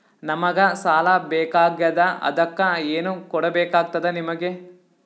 ನಮಗ ಸಾಲ ಬೇಕಾಗ್ಯದ ಅದಕ್ಕ ಏನು ಕೊಡಬೇಕಾಗ್ತದ ನಿಮಗೆ?